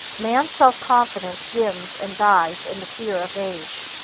man's self-confidence dims and dies in the fear of age.